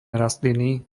rastliny